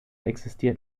existiert